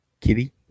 Kitty